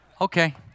Okay